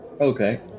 okay